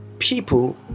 people